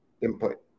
input